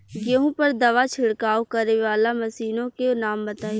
गेहूँ पर दवा छिड़काव करेवाला मशीनों के नाम बताई?